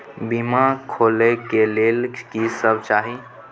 बीमा खोले के लेल की सब चाही?